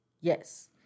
Yes